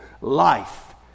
life